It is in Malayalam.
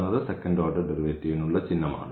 എന്നത് സെക്കൻഡ് ഓർഡർ ഡെറിവേറ്റീവ്നുള്ള ചിഹ്നമാണ്